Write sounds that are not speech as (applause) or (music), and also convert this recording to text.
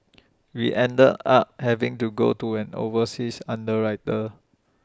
(noise) we end the up having to go to an overseas underwriter